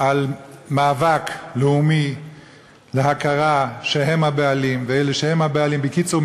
על מאבק לאומי להכרה שהם הבעלים והם הבעלים בקיצור,